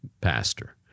pastor